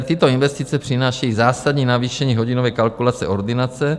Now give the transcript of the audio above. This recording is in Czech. Tyto investice přinášejí zásadní navýšení hodinové kalkulace ordinace.